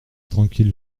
tranquille